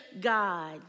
God